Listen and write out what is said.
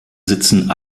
sitzen